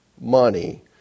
money